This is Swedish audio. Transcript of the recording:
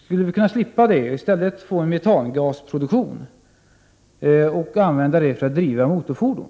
Vi skulle kunna slippa det och i stället få en metangasproduktion som skulle kunna användas för att driva bilarna med motorgas.